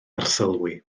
arsylwi